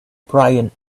brian